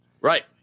right